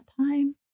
time